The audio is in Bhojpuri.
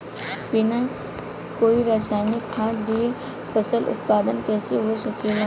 बिना कोई रसायनिक खाद दिए फसल उत्पादन कइसे हो सकेला?